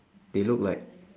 they look like